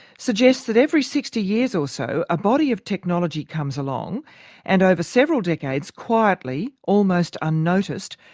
suggests that every sixty years or so a body of technology comes along and over several decades quietly, almost unnoticed,